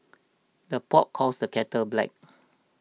the pot calls the kettle black